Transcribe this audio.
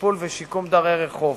לטיפול ולשיקום דרי רחוב